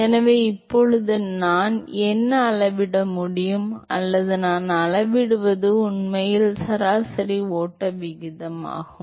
எனவே இப்போது நான் என்ன அளவிட முடியும் அல்லது நான் அளவிடுவது உண்மையில் சராசரி ஓட்ட விகிதமாகும்